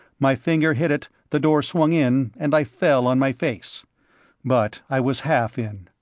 my finger hit it, the door swung in, and i fell on my face but i was half in.